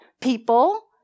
People